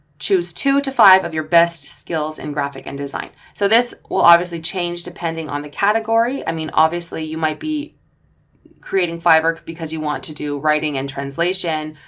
choose two to five of your best skills in graphic and design. so this will obviously change depending on the category. i mean, obviously you might be creating fiber because you want to do writing and translation,